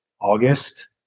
august